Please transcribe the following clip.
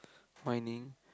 whining